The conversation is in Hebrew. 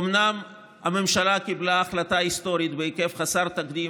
אומנם הממשלה קיבלה החלטה היסטורית בהיקף חסר תקדים